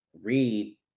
read